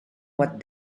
what